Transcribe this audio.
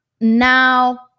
now